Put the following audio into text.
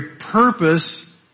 purpose